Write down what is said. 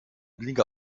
blinker